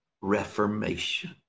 reformation